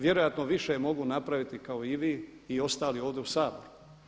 Vjerojatno više mogu napraviti kao i vi i ostali ovdje u Saboru.